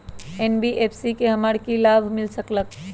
NBFC से हमार की की लाभ मिल सक?